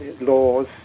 laws